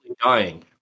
dying